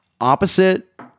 opposite